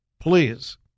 please